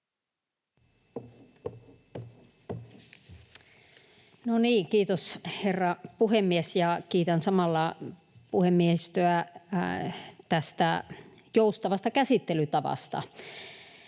Kiitos, herra puhemies! Ja kiitän samalla puhemiehistöä tästä joustavasta käsittelytavasta.